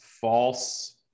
false